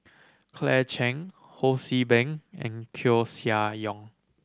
Claire Chiang Ho See Beng and Koeh Sia Yong